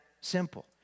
simple